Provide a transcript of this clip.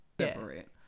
separate